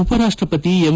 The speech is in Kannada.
ಉಪರಾಷ್ಟ್ರಪತಿ ಎಂ